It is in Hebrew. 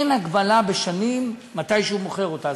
אין הגבלה בשנים, מתי הוא מוכר אותה.